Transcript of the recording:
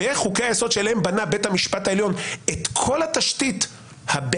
ואיך חוקי-היסוד שעליהם בנה בית המשפט העליון את כל התשתית הבעייתית